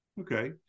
okay